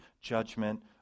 judgment